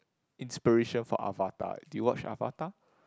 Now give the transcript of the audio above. inspiration for Avatar did you watch Avatar